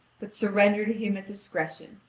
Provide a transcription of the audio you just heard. but surrender to him at discretion,